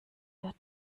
wird